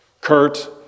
Kurt